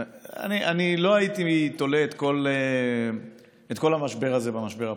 לא הייתי תולה את כל המשבר הזה במשבר הפוליטי.